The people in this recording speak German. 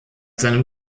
seinem